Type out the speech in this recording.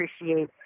appreciate